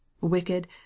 wicked